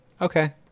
Okay